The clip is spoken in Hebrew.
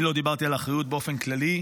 אני לא דיברתי על אחריות באופן כללי.